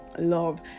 love